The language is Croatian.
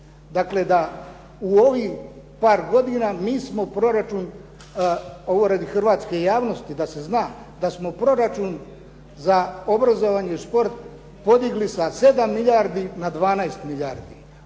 dakle da u ovih par godina mi smo proračun, ovo radi hrvatske javnosti da se zna, da smo proračun za obrazovanje i šport podigli sa 7 milijardi na 12 milijardi.